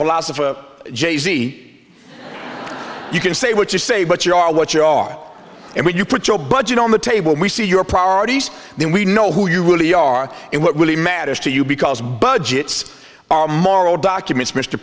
philosopher j c you can say what you say but you are what you are and when you put your budget on the table we see your priorities then we know who you really are and what really matters to you because budgets are maro documents mr